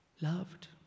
loved